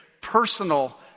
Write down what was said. personal